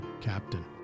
captain